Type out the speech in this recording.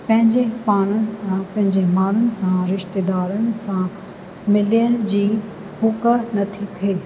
पंहिंजे पाण सां पंहिंजे माण्हुनि सां रिश्तेदारनि सां मिलण जी हूंक न थी थिए